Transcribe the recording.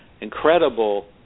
incredible